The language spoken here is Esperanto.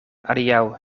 adiaŭ